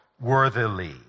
worthily